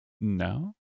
No